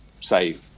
say